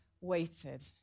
waited